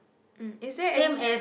mm is there any